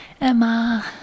Emma